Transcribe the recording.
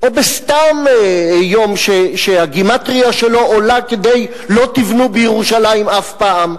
או בסתם יום שהגימטריה שלו עולה כדי "לא תבנו בירושלים אף פעם".